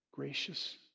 gracious